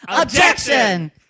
Objection